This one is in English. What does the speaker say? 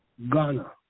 Ghana